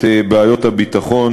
עבדאללה אבו מערוף,